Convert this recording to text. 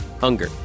Hunger